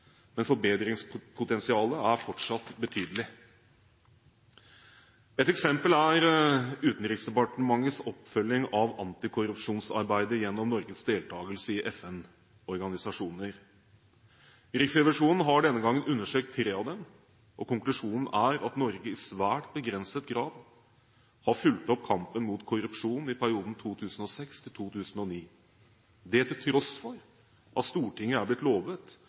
men forbedringspotensialet er fortsatt betydelig. Et eksempel er Utenriksdepartementets oppfølging av antikorrupsjonsarbeidet gjennom Norges deltakelse i FN-organisasjoner. Riksrevisjonen har denne gangen undersøkt tre av dem, og konklusjonen er at Norge i svært begrenset grad har fulgt opp kampen mot korrupsjon i perioden 2006–2009 – det til tross for at Stortinget er blitt lovet